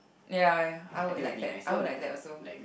ya ya I would like that I would like that also